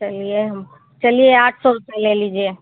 चलिए हम चलिए आठ सौ रुपया लीजिए